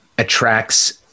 attracts